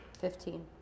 fifteen